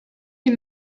les